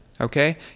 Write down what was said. okay